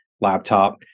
laptop